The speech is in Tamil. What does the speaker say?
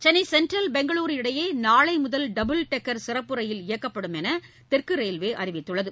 சென்னை சென்ட்ரல் பெங்களூரு இடையே நாளை முதல் டபுள் டெக்கர் சிறப்பு ரயில் இயக்கப்படும் என தெற்கு ரயில்வே அறிவித்துள்ளது